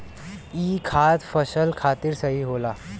ई खाद फसल खातिर सही होला